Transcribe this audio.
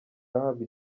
ahabwa